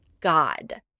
God